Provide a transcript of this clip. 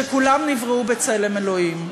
שכולם נבראו בצלם אלוהים.